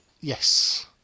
Yes